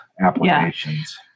applications